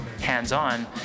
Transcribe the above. hands-on